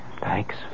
Thanks